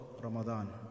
Ramadan